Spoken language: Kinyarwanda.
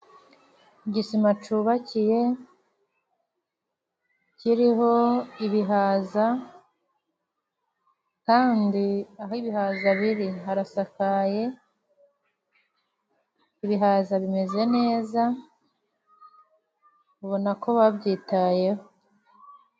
Igisima cubakiye kiriho ibihaza kandi aho ibihaza biri harasakaye, ibihaza bimeze neza ubona ko babyitayeho.